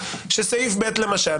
שסעיף ב' למשל,